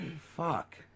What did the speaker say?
Fuck